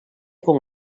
com